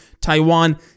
Taiwan